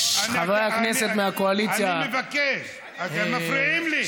אני מבקש מפריעים לי.